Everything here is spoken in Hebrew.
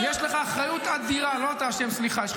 לא כספים קואליציוניים.